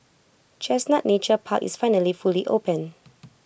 chestnut Nature Park is finally fully open